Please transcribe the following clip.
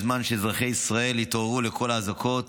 בזמן שאזרחי ישראל התעוררו לקול האזעקות,